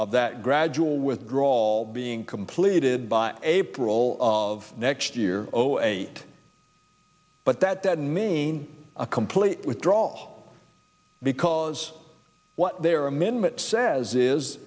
of that gradual withdrawal being completed by april of next year oh eight but that doesn't mean a complete withdrawal because what they are amendment says is